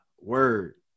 Word